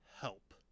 help